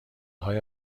های